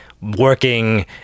working